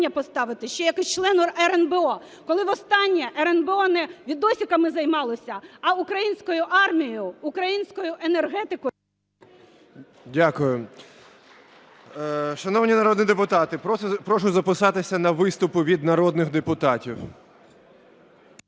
Дякую. Шановні народні депутати, прошу записатися на виступи від народних депутатів.